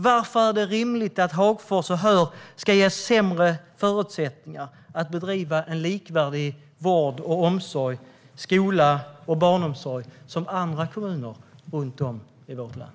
Varför är det rimligt att Hagfors och Höör ska ges sämre förutsättningar att bedriva en vård, omsorg, skola och barnomsorg som är likvärdig med andra kommuner runt om i vårt land?